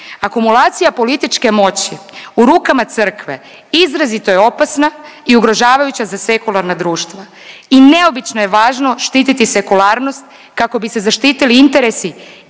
akumulacija političke moći u rukama Crkve izrazito je opasna i ugrožavajuća za sekularna društva i neobično je važno štititi sekularnost kako bi se zaštitili interesi